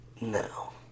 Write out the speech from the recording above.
No